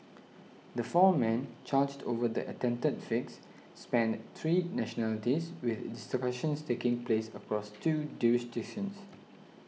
the four men charged over the attempted fix spanned three nationalities with discussions taking place across two jurisdictions